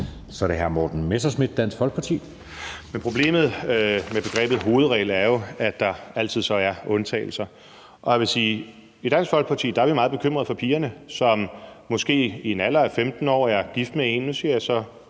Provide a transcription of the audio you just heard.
Kl. 16:20 Morten Messerschmidt (DF): Men problemet med begrebet hovedregel er jo, at der altid så er undtagelser. Jeg vil sige, at i Dansk Folkeparti er vi meget bekymret for pigerne, som måske i en alder af 15 år er gift med, nu siger jeg så en på